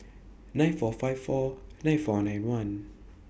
nine four five four nine four nine one